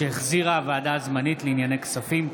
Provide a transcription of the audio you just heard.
שהחזירה הוועדה הזמנית לענייני כספים.